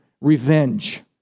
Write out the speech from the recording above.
revenge